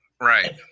Right